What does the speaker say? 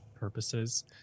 purposes